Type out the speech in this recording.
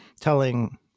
telling